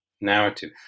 narrative